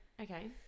okay